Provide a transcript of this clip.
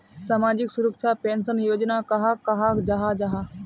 सामाजिक सुरक्षा पेंशन योजना कहाक कहाल जाहा जाहा?